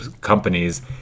companies